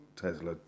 Tesla